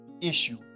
issue